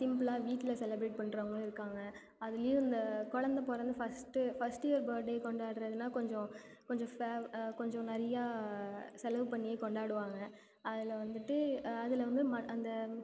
சிம்பிளாக வீட்டில் செலிப்ரேட் பண்ணுறவங்களும் இருக்காங்க அதுலேயும் இந்த கொழந்த பிறந்து ஃபஸ்ட்டு ஃபஸ்ட்டு இயர் பர்டே கொண்டாடுறதுன்னா கொஞ்சம் கொஞ்சம் ஃபே கொஞ்சம் நிறையா செலவு பண்ணி கொண்டாடுவாங்க அதில் வந்துவிட்டு அதில் வந்து ம அந்த